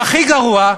והכי גרוע,